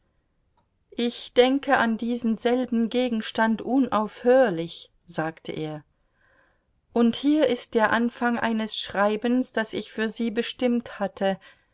ich denke an diesen selben gegenstand unaufhörlich sagte er und hier ist der anfang eines schreibens das ich für sie bestimmt hatte